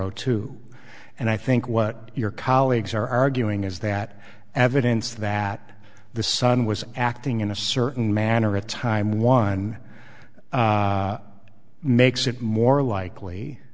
o two and i think what your colleagues are arguing is that evidence that the son was acting in a certain manner at a time one makes it more likely